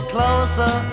Closer